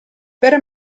per